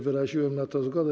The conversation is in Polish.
Wyraziłem na to zgodę.